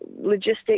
logistics